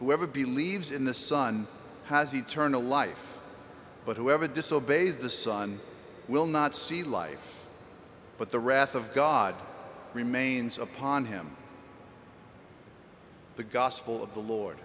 whoever believes in the son has eternal life but whoever disobeys the son will not see life but the wrath of god remains upon him the gospel of the lord